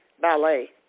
Ballet